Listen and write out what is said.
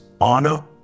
honor